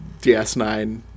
DS9